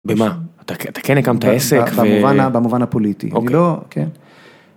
במה? אתה, אתה כן הקמת עסק.. ב.. במובן, במובן הפוליטי. אני לא.. כן?